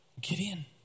Gideon